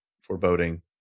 foreboding